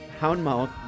Houndmouth